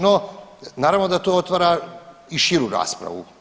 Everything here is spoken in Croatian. No, naravno da to otvara i širu raspravu.